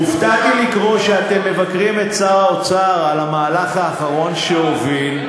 הופתעתי לקרוא שאתם מבקרים את שר האוצר על המהלך האחרון שהוביל,